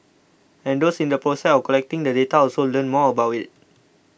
and those in the process of collecting the data also learn more about it